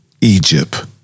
Egypt